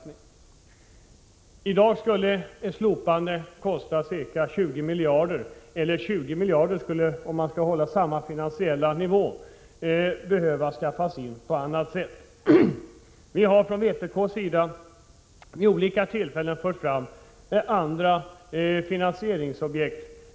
I dag skulle ett slopande av matmomsen kosta ca 20 miljarder, dvs. 20 miljarder skulle — om man skall hålla samma finansiella nivå — behöva skaffas fram på annat sätt. Vi i vpk har vid olika tillfällen fört fram förslag om andra finansieringsobjekt.